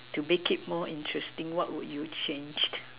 to make it more interesting what will you change